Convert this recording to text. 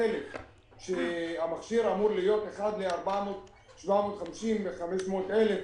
שהמכשיר אמור להיות אחד ל-750,000 ו-500,000,